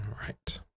right